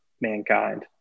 mankind